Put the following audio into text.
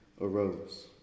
arose